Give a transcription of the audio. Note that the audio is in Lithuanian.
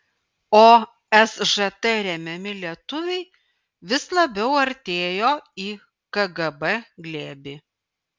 o sžt remiami lietuviai vis labiau artėjo į kgb glėbį